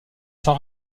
sans